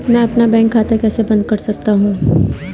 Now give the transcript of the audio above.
मैं अपना बैंक खाता कैसे बंद कर सकता हूँ?